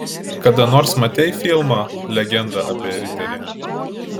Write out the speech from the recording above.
kada nors matei filmą legenda apie riterį